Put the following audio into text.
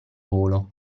volo